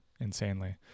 insanely